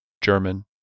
German